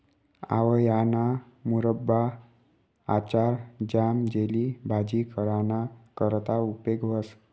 आवयाना मुरब्बा, आचार, ज्याम, जेली, भाजी कराना करता उपेग व्हस